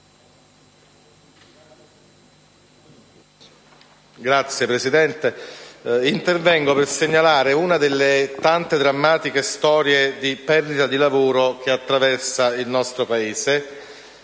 Signor Presidente, intervengo per segnalare una delle tante drammatiche storie di perdita di posto di lavoro che attraversano il nostro Paese.